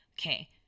Okay